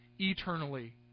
eternally